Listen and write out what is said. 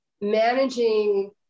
managing